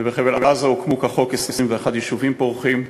ובחבל-עזה הוקמו כחוק 21 יישובים פורחים,